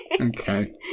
okay